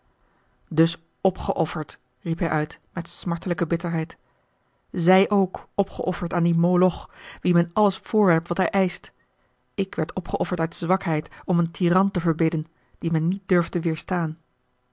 dus opgeofferd riep hij uit met smartelijke bitterheid zij ook opgeofferd aan dien moloch wien men alles voorwerpt wat hij eischt ik werd opgeofferd uit zwakheid om een tiran te verbidden dien men niet durfde